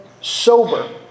sober